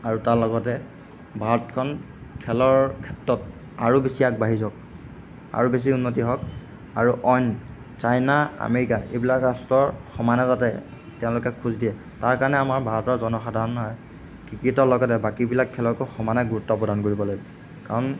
আৰু তাৰ লগতে ভাৰতখন খেলৰ ক্ষেত্ৰত আৰু বেছি আগবাঢ়ি যাওক আৰু বেছি উন্নতি হওক আৰু অইন চাইনা আমেৰিকা এইবিলাক ৰাষ্ট্ৰৰ সমানে যাতে তেওঁলোকে খোজ দিয়ে তাৰকাৰণে আমাৰ ভাৰতৰ জনসাধাৰণে ক্ৰিকেটৰ লগতে বাকীবিলাক খেলকো সমানে গুৰুত্ব প্ৰদান কৰিব লাগিব কাৰণ